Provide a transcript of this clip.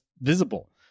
visible